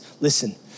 listen